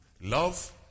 Love